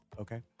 okay